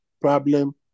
problem